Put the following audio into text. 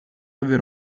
avere